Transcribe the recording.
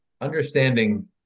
understanding